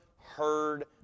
heard